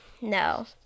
no